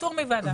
פטור מוועדה.